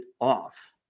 off